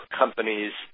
companies